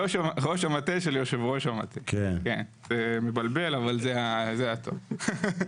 זה מבלבל אבל זה התואר.